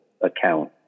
account